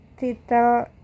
title